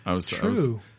True